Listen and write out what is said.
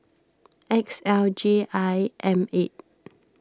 X L J I M eight